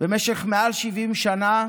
במשך מעל 70 שנה,